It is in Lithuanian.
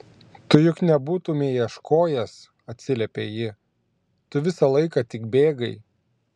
tu juk nebūtumei ieškojęs atsiliepia ji tu visą laiką tik bėgai